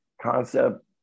concept